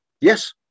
Yes